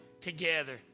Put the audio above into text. together